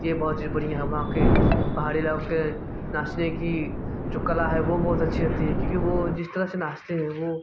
यह बहुत चीज़ बढ़िया वहाँ के पहाड़ी इलाक़ों के नाचने कि जो कला है वो बहुत अच्छी रहती है क्योंकि वो जिस तरह से नाचते हैं वो